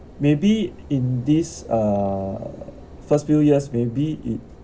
maybe in this uh first few years maybe it